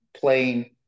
playing